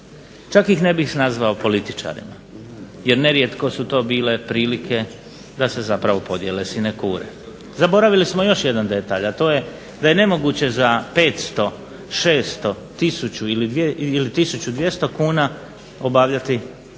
Čak ih ne bih nazvao političarima, jer nerijetko su to bile prilike da se zapravo podijele sinekure. Zaboravili smo još jedan detalj, a to je da je nemoguće za 500, 600 ili 1200 kn obavljati tako